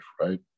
right